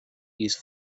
east